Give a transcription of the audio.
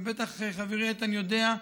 ובטח חברי איתן יודע,